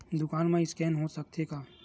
दुकान मा स्कैन हो सकत हे का?